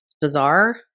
Bizarre